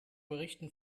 berichten